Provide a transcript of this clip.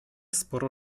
sporo